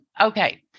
Okay